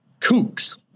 kooks